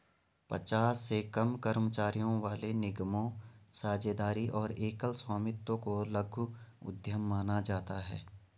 पचास से कम कर्मचारियों वाले निगमों, साझेदारी और एकल स्वामित्व को लघु उद्यम माना जाता है